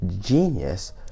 genius